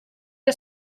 que